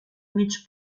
mig